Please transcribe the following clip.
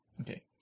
Okay